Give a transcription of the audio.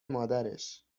مادرش